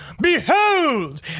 behold